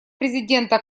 президента